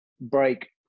break